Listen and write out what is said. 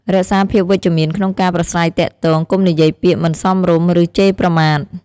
រក្សាភាពវិជ្ជមានក្នុងការប្រាស្រ័យទាក់ទងកុំនិយាយពាក្យមិនសមរម្យ ឬជេរប្រមាថ។